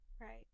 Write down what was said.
right